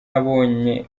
babonye